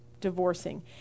divorcing